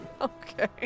Okay